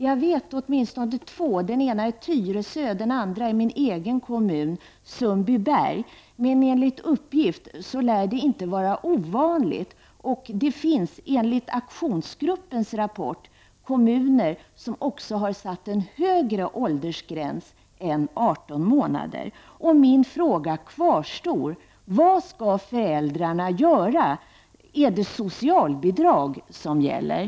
Jag vet åtminstone två, den ena är Tyresö och den andra är min egen kommun Sundbyberg, men enligt aktionsgruppens rapporter så finns det kommuner som har satt en högre åldersgräns än 18 månader och detta lär enligt uppgift inte vara ovanligt.